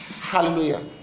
Hallelujah